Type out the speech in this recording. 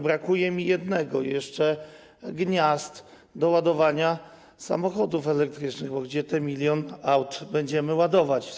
Brakuje mi jednego jeszcze - gniazd do ładowania samochodów elektrycznych, bo gdzie te milion aut będziemy ładować?